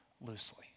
loosely